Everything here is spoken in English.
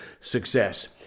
success